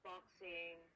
Boxing